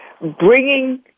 bringing